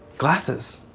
glasses.